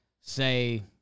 say